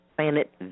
planet